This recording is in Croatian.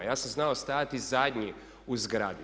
Ja sam znao ostajati zadnji u zgradi.